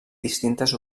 distintes